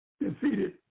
defeated